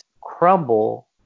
crumble